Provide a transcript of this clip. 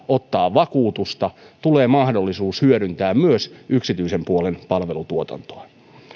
ottaa vakuutusta tulee mahdollisuus hyödyntää myös yksityisen puolen palvelutuotantoa